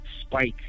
spike